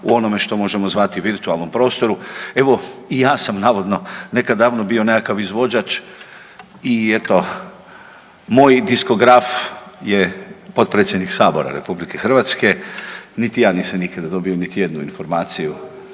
u onom što možemo zvati virtualnom prostoru. Evo i ja sam navodno nekad davno bio nekakav izvođač i eto moj diskograf je potpredsjednik Sabora RH, niti ja nisam nikada dobio niti jednu informaciju,